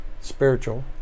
Spiritual